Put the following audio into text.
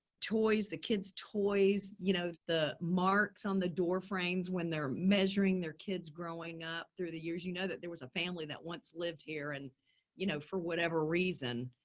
toys, the kids toys, you know the marks on the doorframes when they're measuring their kids growing up through the years, you know that there was a family that once lived here and you know, for whatever reason